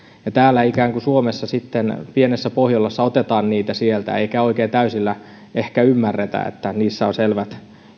sitten täällä suomessa pienessä pohjolassa ikään kuin otetaan niitä sieltä eikä ehkä oikein täysillä ymmärretä että niissä on selvät